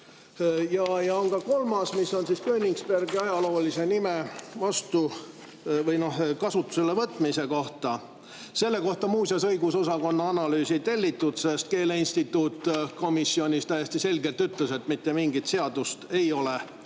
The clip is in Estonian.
Ja on ka kolmas, mis on Königsbergi ajaloolise nime kasutusele võtmise kohta. Selle kohta, muuseas, õigusosakonna analüüsi ei tellitud, sest keeleinstituut ütles komisjonis täiesti selgelt, et mitte mingit seadust ei ole vaja.